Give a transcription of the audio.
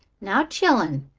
now, chillun,